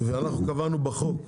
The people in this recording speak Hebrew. ואנחנו קבענו בחוק,